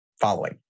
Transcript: following